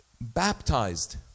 baptized